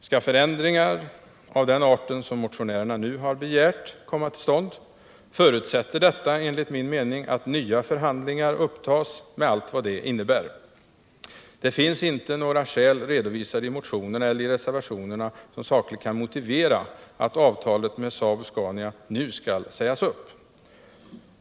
Skall förändringar av den art som motionärerna har begärt komma till stånd förutsätter detta enligt min mening att nya förhandlingar upptas med allt vad detta innebär. Det finns inte några skäl redovisade i motionerna eller i reservationerna som sakligt kan motivera att avtalet med Saab-Scania skall sägas upp.